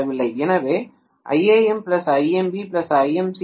எனவே Iam Imb Imc 0